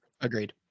agreed